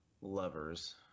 lovers